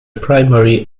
primary